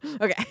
Okay